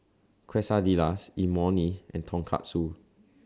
Quesadillas Imoni and Tonkatsu